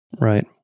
right